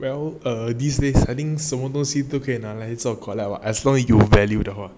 well uh these days I think 什么东西都可以拿来做 collab what as long as 有 value 的话